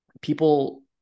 people